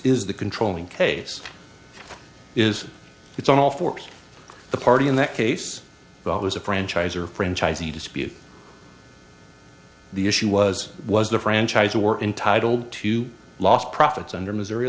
is the controlling case is it's all for the party in that case vote was a franchise or franchisee dispute the issue was was the franchise or entitled to lost profits under missouri